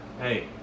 hey